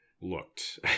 looked